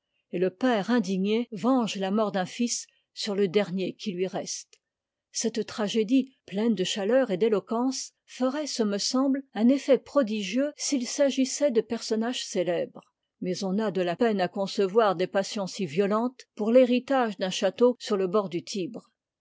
et le père indigné venge la mort d'un fils sur le dernier qui lui reste cette tragédie pleine de chaleur et d'éloquence ferait ce me semble un effet prodigieux s'il s'agissait de personnages célèbres mais on a de la peine à concevoir des passions si violentes pour l'héritage d'un château sur le bord du tibre